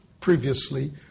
previously